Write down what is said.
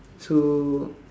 so